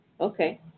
Okay